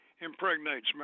impregnates